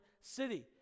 city